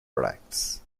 products